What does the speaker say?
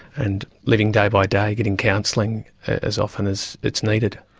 and living day-by-day, getting counselling as often as it's needed.